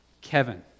Kevin